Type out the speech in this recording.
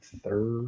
third